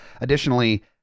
Additionally